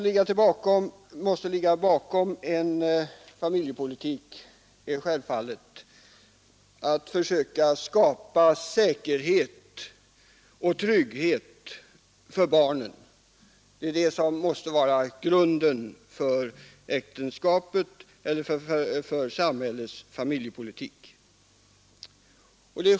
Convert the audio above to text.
Grunden för en familjepolitik utgöres självfallet av strävandena att skapa säkerhet och trygghet för barnen. Det måste vara grunden för äktenskapet och för samhällets familjepolitik.